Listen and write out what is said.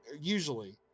usually